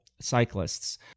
cyclists